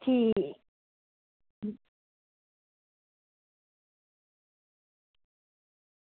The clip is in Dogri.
ठीक